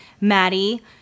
Maddie